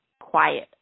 quiet